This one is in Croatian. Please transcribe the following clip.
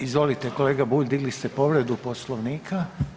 Izvolite kolega Bulj, digli ste povredu Poslovnika.